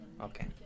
Okay